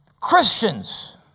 Christians